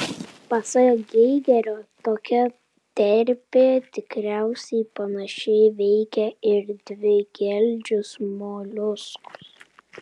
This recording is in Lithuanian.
pasak geigerio tokia terpė tikriausiai panašiai veikia ir dvigeldžius moliuskus